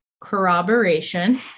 corroboration